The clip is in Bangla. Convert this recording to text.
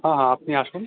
হ্যাঁ হ্যাঁ আপনি আসুন